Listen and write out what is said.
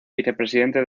vicepresidente